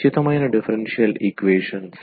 exact differential equations